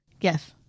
Yes